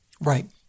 Right